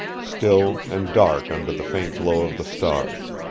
still and dark under the faint glow of the stars.